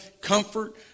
comfort